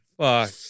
Fuck